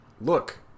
look